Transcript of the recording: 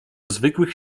zwykłych